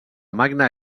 magna